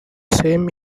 same